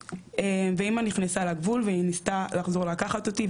ואמא נכנסה לגבול והיא ניסתה לחזור לקחת אותי,